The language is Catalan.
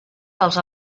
pels